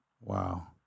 Wow